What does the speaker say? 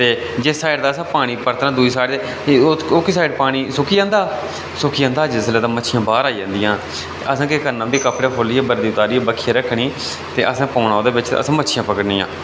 ते जिस साइड दा असें पानी परतना दूई साइड ओक्की साइड पानी सुक्की जंदा हा सुक्की जंदा हा जिसलै ते मच्छियां बाह्र आई जंदियां हां असें केह् करना फ्ही कपड़े खोह्ल्लियै कपड़े उतारियै फ्ही बक्खी रक्खनी ते असें पौना ओह्दे बिच असें मच्छियां पकड़नियां